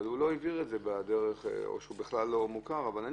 אבל הוא לא העביר את זה בדרך החוקית או שהוא בכלל לא מוכר,